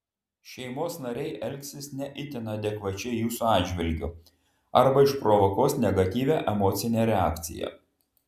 šeimos nariai elgsis ne itin adekvačiai jūsų atžvilgiu arba išprovokuos negatyvią emocinę reakciją